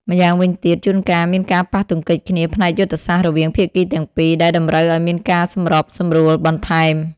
ម្យ៉ាងវិញទៀត ជួនកាលមានការប៉ះទង្គិចគ្នាផ្នែកយុទ្ធសាស្ត្ររវាងភាគីទាំងពីរ ដែលតម្រូវឲ្យមានការសម្របសម្រួលបន្ថែម។